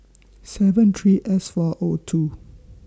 seven three S four O two